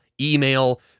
email